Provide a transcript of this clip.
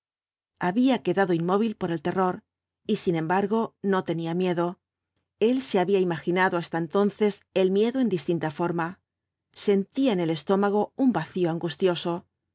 había quedado inmóvil por el terror y sin embargo no tenía miedo el se había imaginado hasta entonces el miedo en distinta forma sentía en el estómago un vacío angustioso